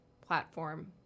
platform